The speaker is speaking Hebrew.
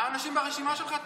מה הנשים ברשימה שלך חושבות?